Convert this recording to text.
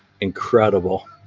incredible